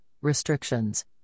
restrictions